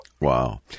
Wow